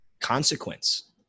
consequence